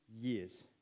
years